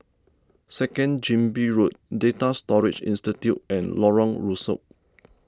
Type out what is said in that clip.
Second Chin Bee Road Data Storage Institute and Lorong Rusuk